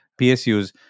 PSUs